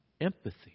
Empathy